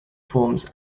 forms